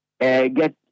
get